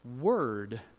word